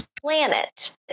planet